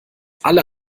alle